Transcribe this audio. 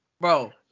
Bro